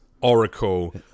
oracle